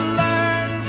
learn